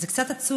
וזה קצת עצוב,